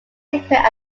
secret